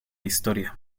historia